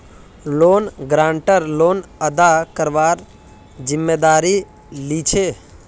loan guarantor loan अदा करवार जिम्मेदारी लीछे